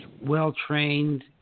well-trained